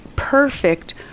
perfect